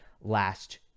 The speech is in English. last